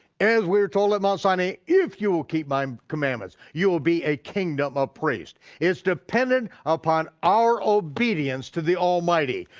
as we're told at mount sinai, if you will keep my um commandments, you will be a kingdom of priests. it's dependent upon our obedience to the almighty.